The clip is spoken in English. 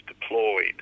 deployed